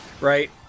right